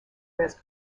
risk